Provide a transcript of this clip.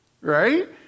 right